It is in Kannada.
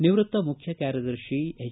ನಿವೃತ್ತ ಮುಖ್ಯ ಕಾರ್ಯದರ್ಶಿ ಹೆಚ್